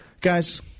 Guys